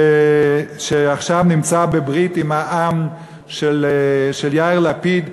שעכשיו נמצא בברית עם העם של יאיר לפיד,